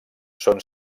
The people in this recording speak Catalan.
són